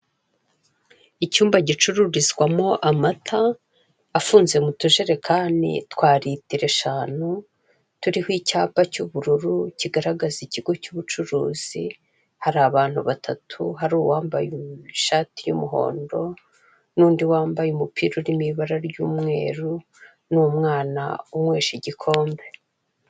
Icyumba gicururizwamo amata afunze mu tujerekani twa litiro eshanu, turiho icyapa cy'ubururu kigaragaza ikigo cy'ubucuruzi, hari abantu batatu, hari uwambaye ishati y'umuhondo, n'undi wambaye umupira urimo ibara ry'umweru, n'umwana unywesha igikombe.